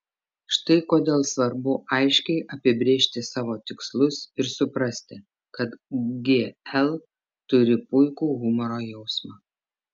štai kodėl svarbu aiškiai apibrėžti savo tikslus ir suprasti kad gl turi puikų humoro jausmą